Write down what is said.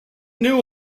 knew